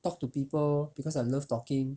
talk to people because I love talking